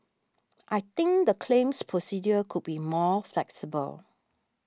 I think the claims procedure could be more flexible